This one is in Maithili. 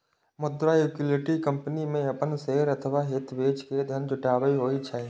मुदा इक्विटी कंपनी मे अपन शेयर अथवा हित बेच के धन जुटायब होइ छै